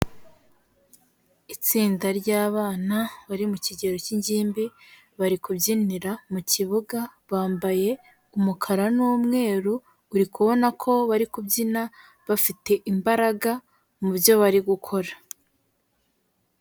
Itsinda ry'abana bari mu kigero k'ingimbi bari kubyinira mu kibuga, bambaye umukara n'umweru, uri kubona ko bari kubyina bafite imbaraga mu byo bari gukora.